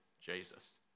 Jesus